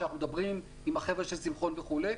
כשאנחנו מדברים עם החבר'ה של שמחון וכולי,